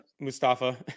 Mustafa